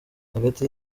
hagati